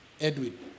Edwin